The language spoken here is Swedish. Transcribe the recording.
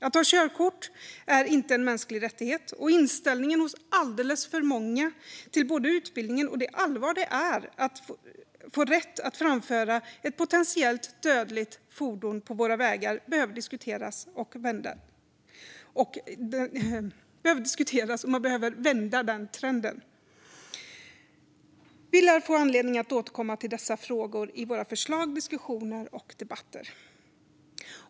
Att ha körkort är inte en mänsklig rättighet, och inställningen hos alldeles för många till både utbildningen och det allvar det är att få rätt att framföra ett potentiellt dödligt fordon på våra vägar behöver diskuteras. Och man behöver vända den här trenden. Vi lär få anledning att återkomma till dessa frågor i våra förslag, diskussioner och debatter.